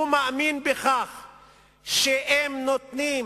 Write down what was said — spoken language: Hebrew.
הוא מאמין שאם נותנים